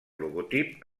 logotip